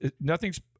nothing's